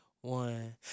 one